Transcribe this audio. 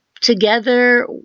together